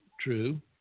true